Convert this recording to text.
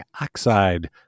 oxide